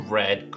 red